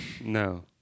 No